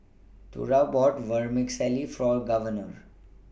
Thora bought Vermicelli For Governor